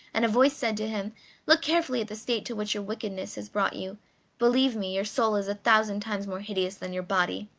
and a voice said to him look carefully at the state to which your wickedness has brought you believe me, your soul is a thousand times more hideous than your body.